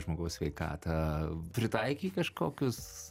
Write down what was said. žmogaus sveikatą pritaikei kažkokius